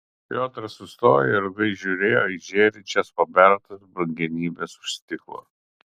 piotras sustojo ir ilgai žiūrėjo į žėrinčias pabertas brangenybes už stiklo